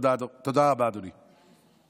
תודה רבה, אדוני.